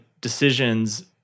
decisions